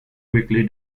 quickly